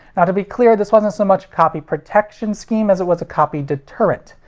now to be clear, this wasn't so much copy protection scheme as it was a copy deterrent.